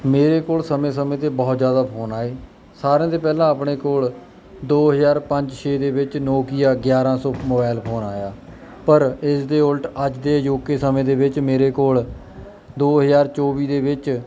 ਮੇਰੇ ਕੋਲ ਸਮੇਂ ਸਮੇਂ 'ਤੇ ਬਹੁਤ ਜ਼ਿਆਦਾ ਫੋਨ ਆਏ ਸਾਰਿਆਂ ਦੇ ਪਹਿਲਾਂ ਆਪਣੇ ਕੋਲ ਦੋ ਹਜ਼ਾਰ ਪੰਜ ਛੇ ਦੇ ਵਿੱਚ ਨੋਕੀਆ ਗਿਆਰ੍ਹਾਂ ਸੌ ਮੋਬਾਈਲ ਫੋਨ ਆਇਆ ਪਰ ਇਸ ਦੇ ਉਲਟ ਅੱਜ ਦੇ ਅਜੌਕੇ ਸਮੇਂ ਦੇ ਵਿੱਚ ਮੇਰੇ ਕੋਲ ਦੋ ਹਜ਼ਾਰ ਚੌਵੀ ਦੇ ਵਿੱਚ